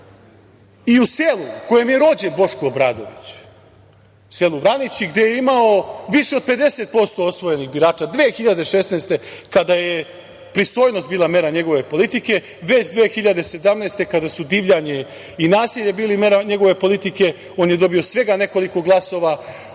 i u selu u kome je rođen Boško Obradović, selu Vranići, gde je imao više od 50% osvojenih birača 2016. godine, kada je pristojnost bila mera njegove politike, već 2017. godine kada su divljanje i nasilje bili mera njegove politike on je dobio svega nekoliko glasova,